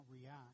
react